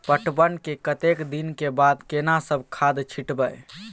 पटवन के कतेक दिन के बाद केना सब खाद छिटबै?